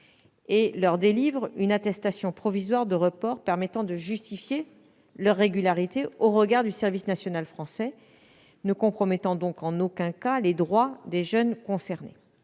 et leur délivre une attestation provisoire de report permettant de justifier leur régularité au regard du service national français, ne compromettant donc en aucun cas les droits des jeunes concernés.